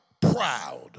proud